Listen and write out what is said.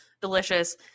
Delicious